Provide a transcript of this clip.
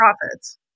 profits